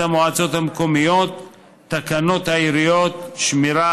המועצות המקומיות תקנות העיריות (שמירה,